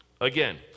Again